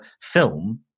film